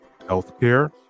Healthcare